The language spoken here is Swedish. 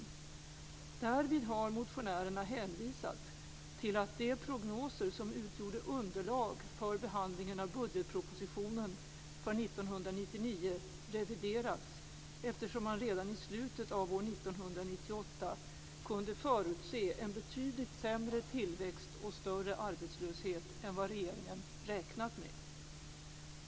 Därvid har motionärerna hänvisat till att de prognoser som utgjorde underlag för behandlingen av budgetpropositionen för 1999 reviderats, eftersom man redan i slutet av år 1998 kunde förutse en betydligt sämre tillväxt och större arbetslöshet än vad regeringen räknat med.